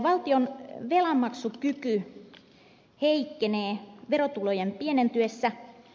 valtion velanmaksukyky heikkenee verotulojen pienentyessä